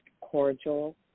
cordial